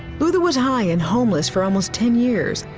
luther was high and homeless for almost ten years.